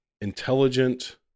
intelligent